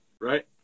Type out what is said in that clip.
right